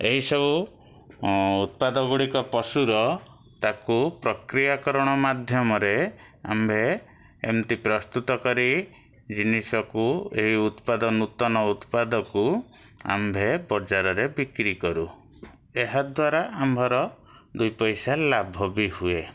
ଏହି ସବୁ ଉତ୍ପାଦ ଗୁଡ଼ିକ ପଶୁର ତାକୁ ପ୍ରକ୍ରିୟାକରଣ ମଧ୍ୟାମରେ ଆମ୍ଭେ ଏମିତି ପ୍ରସ୍ତୁତ କରି ଜିନିଷକୁ ଏହି ଉତ୍ପାଦ ନୂତନ ଉତ୍ପାଦକୁ ଆମ୍ଭେ ବଜାରରେ ବିକ୍ରି କରୁ ଏହାଦ୍ୱାରା ଆମ୍ଭର ଦୁଇ ପଇସା ଲାଭ ବି ହୁଏ